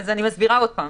אז אני מסבירה עוד פעם.